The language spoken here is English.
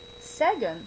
Second